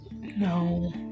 No